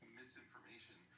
misinformation